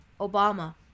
Obama